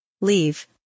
Leave